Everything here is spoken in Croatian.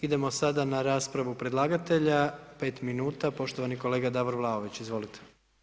Idemo sada na raspravu predlagatelja, 5 min, poštovani kolega Davor Vlaović, izvolite.